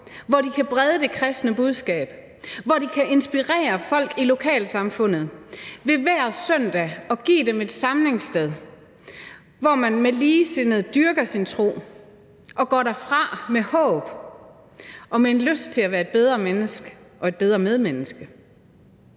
hvor de kan brede det kristne budskab ud, hvor de kan inspirere folk i lokalsamfundet ved hver søndag at give dem et samlingssted, hvor man med ligesindede dyrker sin tro og går derfra med håb om og med lyst til at være blevet et bedre menneske og et bedre medmenneske.